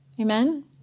Amen